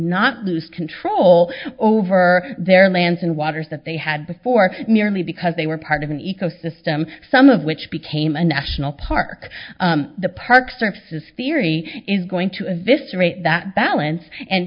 not lose control over their lands and waters that they had before merely because they were part of an ecosystem some of which became a national park the park services theory is going to eviscerate that balance and